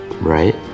right